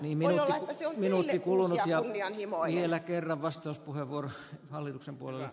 voi olla että se on teille uusi ja kunnianhimoinen